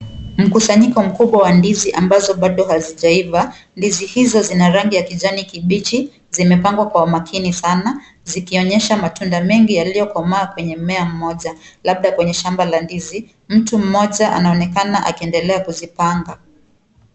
Mkusanyiko mkubwa wa ndizi ambazo bado hazijaiva. Ndizi hizo zina rangi ya kijani kibichi, zimepangwa kwa makini sana zikionyesha matunda mengi yaliyokomaa kwenye mmea mmoja labda kwenye shamba la ndizi. Mtu mmoja anaonekana akiendelea kuzipanga.